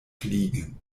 fliegen